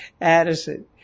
Addison